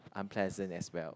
unpleasant as well